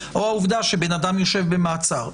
או העובדה שבן אדם יושב במעצר.